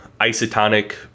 isotonic